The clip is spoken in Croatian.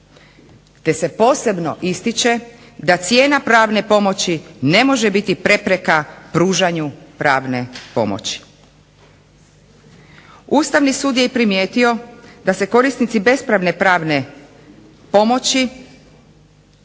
te se posebno ističe da cijena pravne pomoći ne može biti prepreka pružanju pravne pomoći. Ustavni sud je primijetio da se korisnici besplatne pravne pomoći